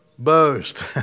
Boast